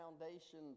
foundation